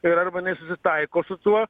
ir arba jinai susitaiko su tuo